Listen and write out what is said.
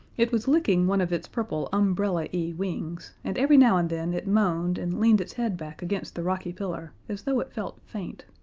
it was licking one of its purple umbrella-y wings, and every now and then it moaned and leaned its head back against the rocky pillar as though it felt faint.